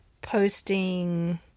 posting